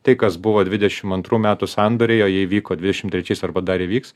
tai kas buvo dvidešimt antrų metų sandoriai o jei įvyko dvidešimt trečiais arba dar įvyks